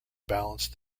balance